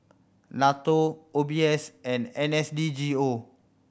NATO O B S and N S D G O